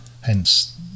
hence